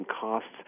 costs